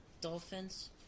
Dolphins